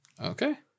Okay